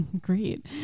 Great